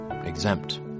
exempt